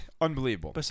Unbelievable